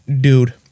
dude